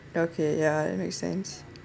okay ya it makes sense